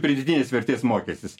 pridėtinės vertės mokestis